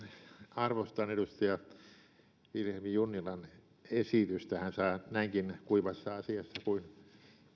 arvostan edustaja vilhelm junnilan esitystä hän saa näinkin kuivassa asiassa kuin